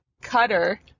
cutter